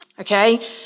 okay